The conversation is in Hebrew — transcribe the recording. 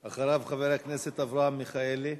אחריו, חבר הכנסת אברהם מיכאלי.